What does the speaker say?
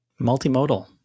Multimodal